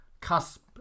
cusp